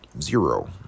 zero